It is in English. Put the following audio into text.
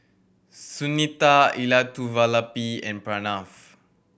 Sunita Elattuvalapil and Pranav